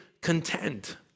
content